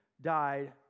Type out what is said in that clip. died